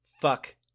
Fuck